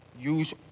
use